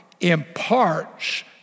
imparts